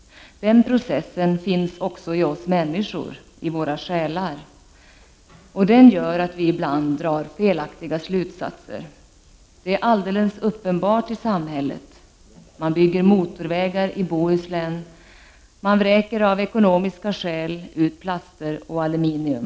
Den processen finns också i oss människor, i våra själar. Och den gör att vi ibland drar felaktiga slutsatser. — Det är alldeles uppenbart i samhället — man bygger motorvägar i Bohuslän, man vräker av ekonomiska skäl ut plaster och aluminium.